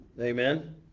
Amen